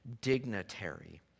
dignitary